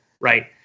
right